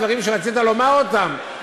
דברים שרצית לומר אותם.